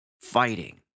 fighting